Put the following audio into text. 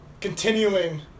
continuing